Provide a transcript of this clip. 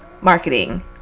marketing